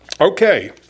Okay